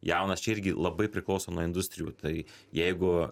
jaunas čia irgi labai priklauso nuo industrijų tai jeigu